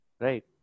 Right